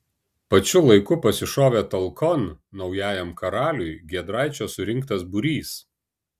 pačiu laiku pasišovė talkon naujajam karaliui giedraičio surinktas būrys